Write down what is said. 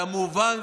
כמובן,